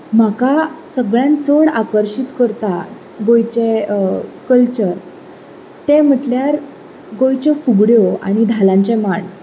म्हाका सगळ्यांत चड आकर्शीत करता गोंयचें कल्चर ते म्हणटल्यार गोंयच्यो फुगड्यो आनी धालांचे मांड